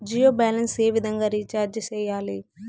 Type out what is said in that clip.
Jio balance ఏ విధంగా recharge సేయాలి?